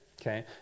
okay